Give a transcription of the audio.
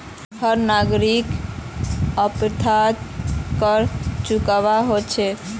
हर नागरिकोक अप्रत्यक्ष कर चुकव्वा हो छेक